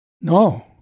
No